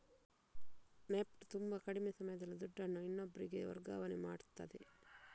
NEFT ತುಂಬಾ ಕಡಿಮೆ ಸಮಯದಲ್ಲಿ ದುಡ್ಡನ್ನು ಇನ್ನೊಬ್ರಿಗೆ ವರ್ಗಾವಣೆ ಮಾಡ್ತದೆ